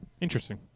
Interesting